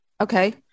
Okay